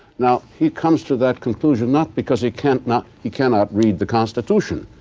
now, he comes to that conclusion not because he cannot he cannot read the constitution.